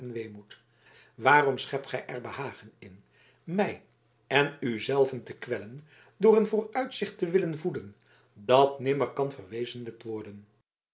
weemoed waarom schept gij er behagen in mij en u zelven te kwellen door een vooruitzicht te willen voeden dat nimmer kan verwezenlijkt worden